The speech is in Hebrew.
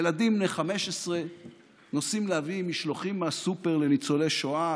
ילדים בני 15 נוסעים להביא משלוחים מהסופר לניצולי שואה,